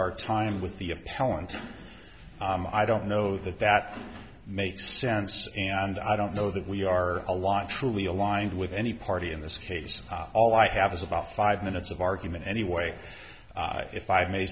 our time with the appellant i don't know that that makes sense and i don't know that we are a lot truly aligned with any party in this case all i have is about five minutes of argument anyway if i may